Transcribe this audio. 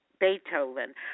Beethoven